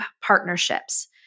partnerships